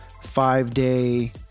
five-day